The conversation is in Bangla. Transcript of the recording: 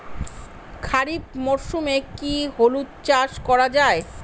খরিফ মরশুমে কি হলুদ চাস করা য়ায়?